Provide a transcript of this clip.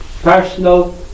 personal